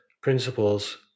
principles